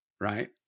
right